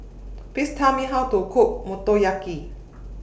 Please Tell Me How to Cook Motoyaki